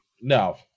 No